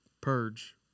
Purge